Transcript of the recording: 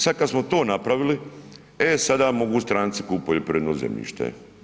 Sada kada smo to napravili, e sada mogu stranci kupiti poljoprivredno zemljište.